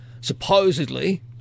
supposedly